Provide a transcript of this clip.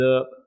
up